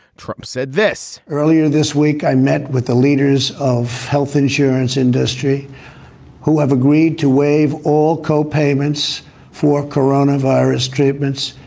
trump said this earlier this week, i met with the leaders of health insurance industry who have agreed to waive all co-payments for corona virus treatments.